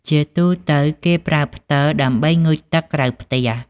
ជាទូទៅគេប្រើផ្តិល ដើម្បីងូតទឹកក្រៅផ្ទះ។